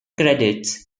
credits